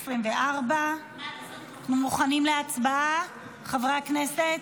מוכנים להצבעה, חברי הכנסת?